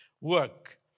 work